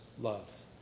loves